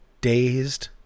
dazed